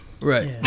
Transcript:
Right